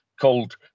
called